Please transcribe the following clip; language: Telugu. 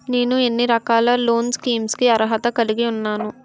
నేను ఎన్ని రకాల లోన్ స్కీమ్స్ కి అర్హత కలిగి ఉన్నాను?